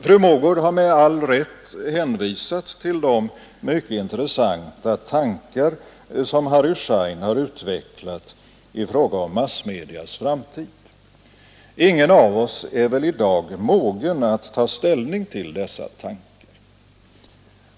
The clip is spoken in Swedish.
Fru Mogård har med all rätt hänvisat till de mycket intressanta tankar som Harry Schein har utvecklat i fråga om massmedias framtid. Ingen av oss är väl i dag mogen att ta ställning till dessa tankar.